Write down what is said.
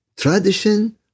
Tradition